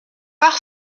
par